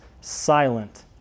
silent